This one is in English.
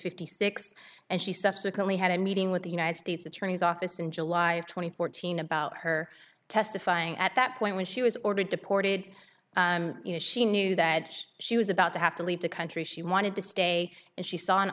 fifty six and she subsequently had a meeting with the united states attorney's office in july twenty four teen about her testifying at that point when she was ordered deported you know she knew that she was about to have to leave the country she wanted to stay and she saw an